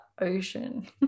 ocean